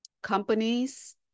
Companies